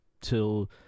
till